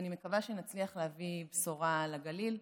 ואני מקווה שנצליח להביא בשורה לגליל.